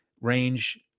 range